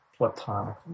Platonic